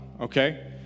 okay